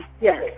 yes